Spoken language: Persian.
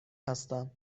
هستم